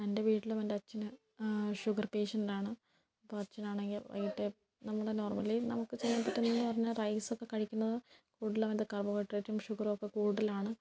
എൻ്റെ വീട്ടിലും എൻ്റെ അച്ഛന് ഷുഗർ പേഷ്യന്റാണ് അപ്പോൾ അച്ഛനാണെങ്കിൽ വൈകിട്ട് നമ്മൾ നോർമലി നമുക്ക് ചെയ്യാൻ പറ്റുന്നതെന്ന് പറഞ്ഞാൽ റൈസൊക്കെ കഴിക്കുന്നത് കൂടുതലും എന്താ കാർബോഹൈഡ്രേറ്റും ഷുഗറുമൊക്കെ കൂടുതലാണ്